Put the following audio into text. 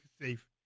safe